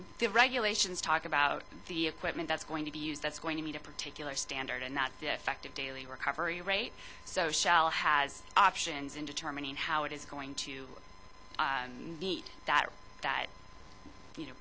that regulations talk about the equipment that's going to be used that's going to meet a particular standard and not the effective daily recovery rate so shell has options in determining how it is going to meet that you know